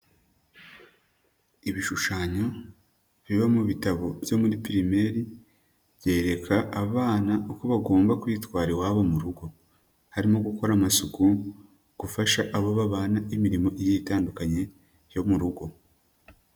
Ibishushanyo biba mu bitabo byo muri primaire, byereka abana uko bagomba kwitwara iwabo mu rugo, harimo gukora amasuku gufasha abo babana imirimo igiye itandukanye yo mu rugo.